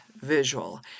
visual